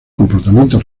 comportamiento